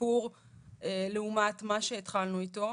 שיפור לעומת מה שהתחלנו איתו.